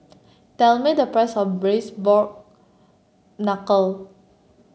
tell me the price of Braised Pork Knuckle